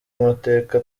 amateka